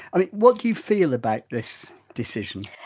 i mean what do you feel about this decision?